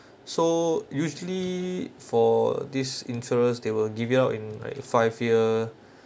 so usually for this insurers they will give it out in like five year